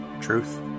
Truth